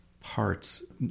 parts